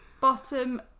bottom